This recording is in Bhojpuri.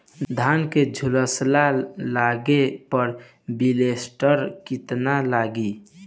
धान के झुलसा लगले पर विलेस्टरा कितना लागी?